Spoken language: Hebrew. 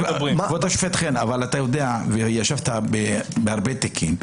ישבת בהרבה תיקים.